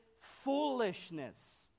foolishness